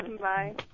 Bye